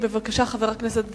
בבקשה, חבר הכנסת גילאון.